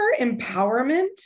empowerment